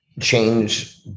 change